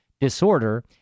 disorder